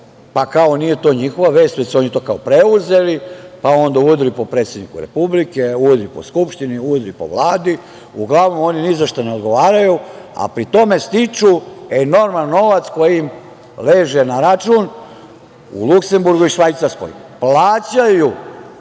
pa, kao, nije to njihova vest već su oni to kao preuzeli, pa onda udri po predsedniku Republike, udri po Skupštini, udri po Vladi. Uglavnom, oni ni za šta ne odgovaraju, a pri tome stiču enorman novac koji im leže na račun u Luksemburgu i Švajcarskoj. Plaćaju